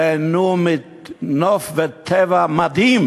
ייהנו מנוף וטבע מדהים